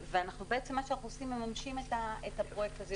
ואנחנו מממשים את הפרויקט הזה.